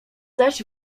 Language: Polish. zaś